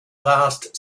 vast